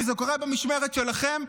וזה קורה במשמרת שלכם.